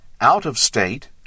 out-of-state